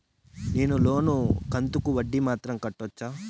నేను లోను కంతుకు వడ్డీ మాత్రం కట్టొచ్చా?